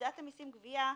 פקודת המסים (גבייה)